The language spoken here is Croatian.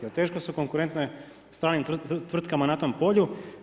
Jer, teško su konkurentne stranim tvrtkama na tom polju.